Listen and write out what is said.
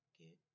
get